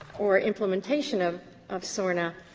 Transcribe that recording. or implementation of of sorna.